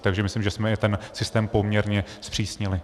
Takže myslím, že jsme ten systém poměrně zpřísnili.